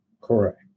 correct